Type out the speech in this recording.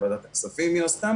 לוועדת הכספים.